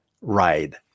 ride